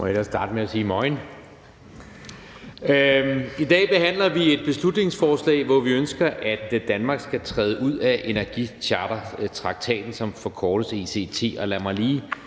(Ordfører) Jan E. Jørgensen (V): I dag behandler vi et beslutningsforslag, hvor vi ønsker, at Danmark skal udtræde af energichartertraktaten, som forkortes ECT. Lad mig lige